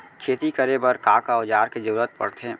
खेती करे बर का का औज़ार के जरूरत पढ़थे?